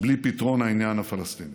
בלי פתרון העניין הפלסטיני